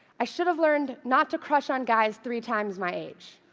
i should have learned not to crush on guys three times my age.